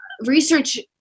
research